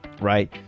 right